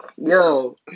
Yo